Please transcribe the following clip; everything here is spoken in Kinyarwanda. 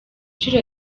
inshuro